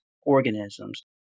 organisms